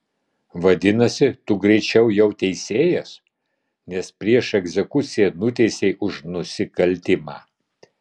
vadinasi tu greičiau jau teisėjas nes prieš egzekuciją nuteisei už nusikaltimą